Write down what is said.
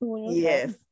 yes